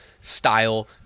style